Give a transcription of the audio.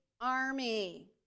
army